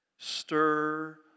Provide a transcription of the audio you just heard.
Stir